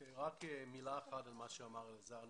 מילה אחת על מה שאמר אלעזר.